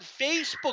Facebook